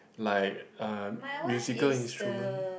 like uh musical instrument